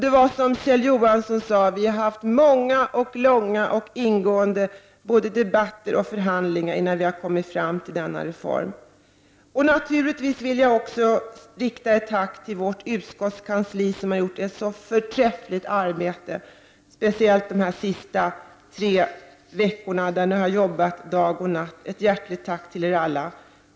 Det var som Kjell Johansson sade, nämligen att vi har fört många, långa och ingående debatter och förhandlingar innan vi har kommit fram till denna reform. Naturligtvis vill jag också rikta ett tack till vårt utskottskansli, som gjort ett förträffligt arbete, speciellt de senaste tre veckorna då ni har arbetat dag och natt. Ett hjärtligt tack till er alla!